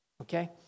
Okay